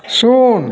ଶୂନ